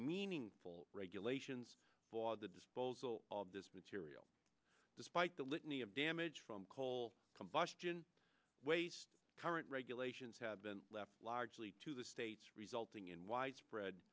meaningful regulations for the disposal of this material despite the litany of damage from coal combustion waste current regulations have been left largely to the states resulting in widespread